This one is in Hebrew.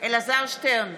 אלעזר שטרן,